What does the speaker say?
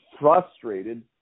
frustrated